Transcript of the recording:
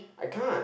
I can't